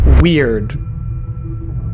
weird